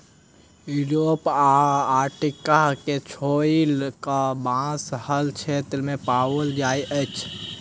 Europe आ Antarctica के छोइड़ कअ, बांस हर क्षेत्र में पाओल जाइत अछि